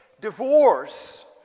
divorce